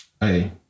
hey